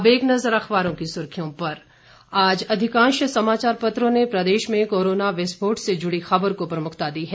अब एक नजर अखबारों की सुर्खियों पर आज अधिकांश समाचार पत्रों ने प्रदेश में कोरोना विस्फोट से जुड़ी खबर को प्रमुखता दी है